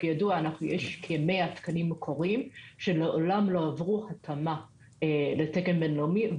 כידוע יש כ-100 תקנים מקוריים שמעולם לא עברו התאמה לתקן בין-לאומי,